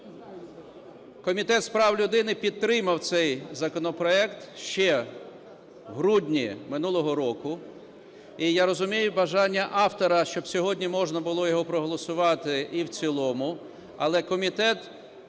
Комітет з прав людини підтримав цей законопроект ще в грудні минулого року. І я розумію бажання автора, щоб сьогодні можна було його проголосувати і в цілому.